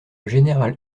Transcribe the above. général